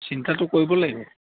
চিন্তাটো কৰিব লাগিব